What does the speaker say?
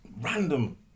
random